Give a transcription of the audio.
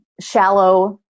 shallow